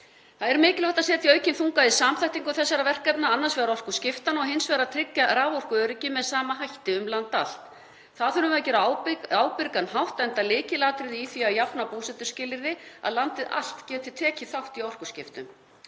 Það er mikilvægt að setja aukinn þunga í samþættingu þessara verkefna, annars vegar orkuskiptanna og hins vegar að tryggja raforkuöryggi með sama hætti um land allt. Það þurfum við að gera á ábyrgan hátt enda lykilatriði í því að jafna búsetuskilyrði að landið allt geti tekið þátt í orkuskiptum